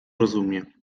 rozumie